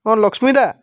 অঁ লক্ষ্মী দা